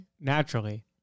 Naturally